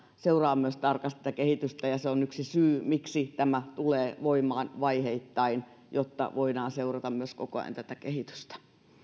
seuraa tarkasti tätä kehitystä ja se on myös yksi syy miksi tämä tulee voimaan vaiheittain se että voidaan myös seurata koko ajan tätä kehitystä